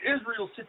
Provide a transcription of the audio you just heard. Israel